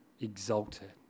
exalted